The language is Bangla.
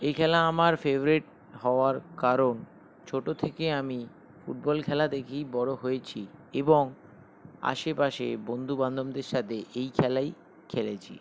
এই খেলা আমার ফেভারিট হওয়ার কারণ ছোটো থেকে আমি ফুটবল খেলা দেখেই বড় হয়েছি এবং আশেপাশে বন্ধুবান্ধবদের সাথে এই খেলাই খেলেছি